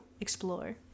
explore